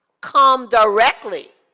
come directly,